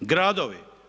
Gradovi?